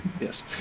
Yes